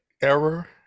error